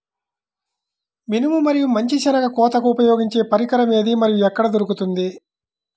మినుము మరియు మంచి శెనగ కోతకు ఉపయోగించే పరికరం ఏది మరియు ఎక్కడ దొరుకుతుంది?